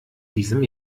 diesem